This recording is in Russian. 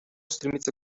стремится